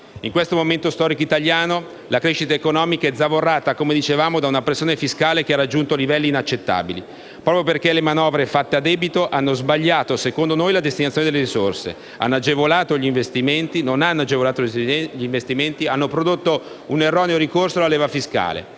in questo momento storico italiano la crescita economica è zavorrata da una pressione fiscale che ha raggiunto livelli inaccettabili, proprio perché le manovre fatte a debito hanno sbagliato, secondo noi, la destinazione delle risorse, non hanno agevolato gli investimenti e hanno prodotto un erroneo ricorso alla leva fiscale.